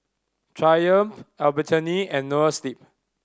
Triumph Albertini and Noa Sleep